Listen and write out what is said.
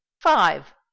five